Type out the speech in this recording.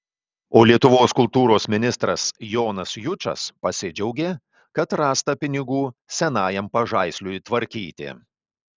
o lietuvos kultūros ministras jonas jučas pasidžiaugė kad rasta pinigų senajam pažaisliui tvarkyti